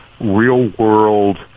real-world